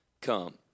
come